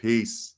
Peace